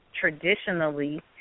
traditionally